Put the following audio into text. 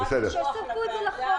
שיצרפו את זה לחוק.